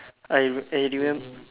I I remember